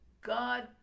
God